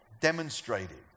demonstrated